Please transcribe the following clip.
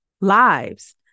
lives